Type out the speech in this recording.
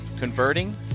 converting